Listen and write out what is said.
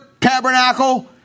tabernacle